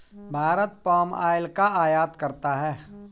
Bharat palm oil का आयात करता है